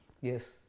Yes